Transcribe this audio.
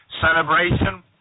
celebration